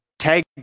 Tag